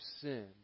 sin